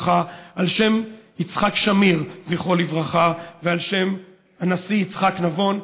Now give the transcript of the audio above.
על שם יצחק שמיר ז"ל ועל שם הנשיא יצחק נבון,